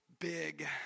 big